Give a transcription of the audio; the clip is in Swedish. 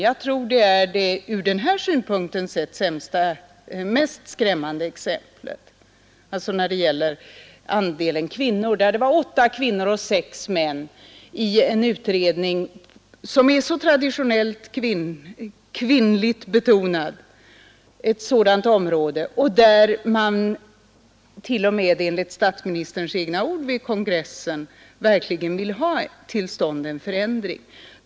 Åtta kvinnor och sex män fick uppdrag att utreda just ett typiskt traditionellt kvinnligt område. Enligt statsministerns egna ord vid kongressen vill man ju verkligen ha till stånd en förändring.